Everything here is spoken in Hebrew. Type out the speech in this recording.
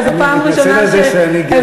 אני מתנצל על זה שאני גבר.